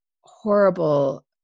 horrible